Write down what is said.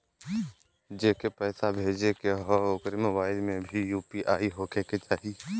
जेके पैसा भेजे के ह ओकरे मोबाइल मे भी यू.पी.आई होखे के चाही?